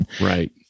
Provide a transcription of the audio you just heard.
right